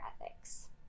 ethics